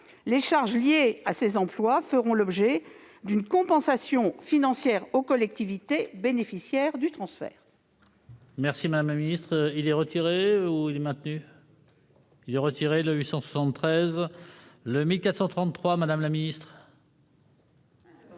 les charges liées à ces emplois feront l'objet d'une compensation financière aux collectivités bénéficiaires du transfert.